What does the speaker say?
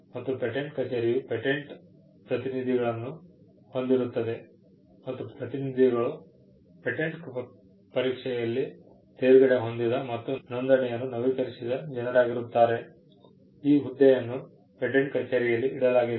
ಮತ್ತು ಪೇಟೆಂಟ್ ಕಚೇರಿಯು ಪೇಟೆಂಟ್ ಪ್ರತಿನಿಧಿಗಳನ್ನು ಹೊಂದಿರುತ್ತದೆ ಮತ್ತು ಪ್ರತಿನಿಧಿಗಳು ಪೇಟೆಂಟ್ ಪರೀಕ್ಷೆಯಲ್ಲಿ ತೇರ್ಗಡೆ ಹೊಂದಿದ್ದ ಮತ್ತು ನೋಂದಣಿಯನ್ನು ನವೀಕರಿಸಿದ ಜನರಾಗಿರುತ್ತಾರೆ ಈ ಹುದ್ದೆಯನ್ನು ಪೇಟೆಂಟ್ ಕಚೇರಿಯಲ್ಲಿ ಇಡಲಾಗಿದೆ